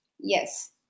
yes